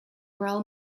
royal